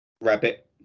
Rabbit